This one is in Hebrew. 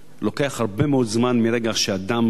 לוקח הרבה מאוד זמן מרגע שאדם מקבל